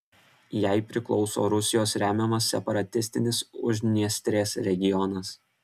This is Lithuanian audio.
jai priklauso rusijos remiamas separatistinis uždniestrės regionas